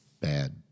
bad